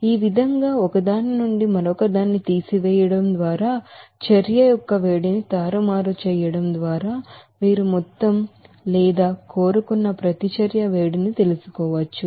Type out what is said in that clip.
ఈ విధంగా ఒకదాని నుండి మరొకదాన్ని తీసివేయడం ద్వారా చర్య యొక్క వేడిని తారుమారు చేయడం ద్వారా మీరు మొత్తం లేదా కోరుకున్న ప్రతిచర్య వేడిని తెలుసుకోవచ్చు